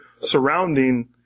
surrounding